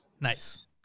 Nice